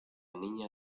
niña